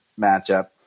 matchup